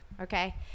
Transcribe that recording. Okay